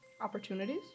Opportunities